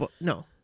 No